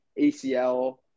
ACL